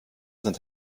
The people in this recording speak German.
sind